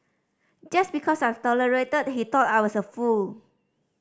just because I tolerated he thought I was a fool